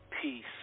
peace